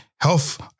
health